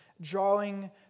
drawing